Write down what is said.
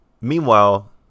Meanwhile